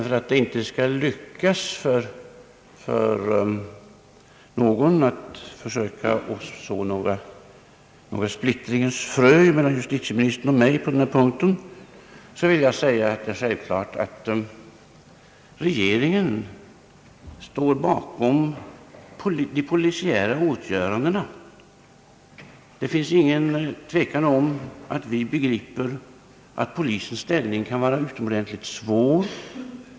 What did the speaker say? För att det inte skall lyckas för någon att så något splittringens frö mellan justitieministern och mig på den här punkten vill jag säga, att det är självklart att regeringen står bakom de polisiära åtgörandena. Det finns ingen tvekan om att vi begriper att polisens ställning kan vara utomordentligt svår.